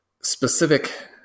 specific